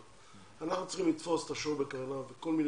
אנחנו צריכים לתפוס את השור בקרניו בכל מיני